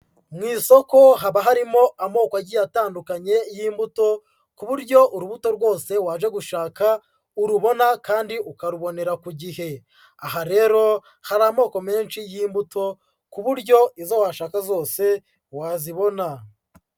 Mu isoko haba harimo amoko agi atandukanye y'imbuto ku buryo urubuto rwose wajya gushaka urubona kandi ukarubonera ku gihe. Aha rero hari amoko menshi y'imbuto ku buryo izo washaka zose wazibona.